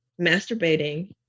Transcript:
masturbating